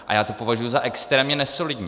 A já to považuji za extrémně nesolidní.